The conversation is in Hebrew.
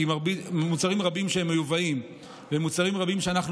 כי מוצרים רבים שמיובאים ומוצרים רבים שאנחנו